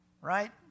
Right